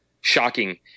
shocking